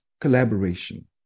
collaboration